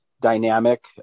dynamic